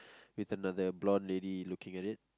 with another blonde lady looking at it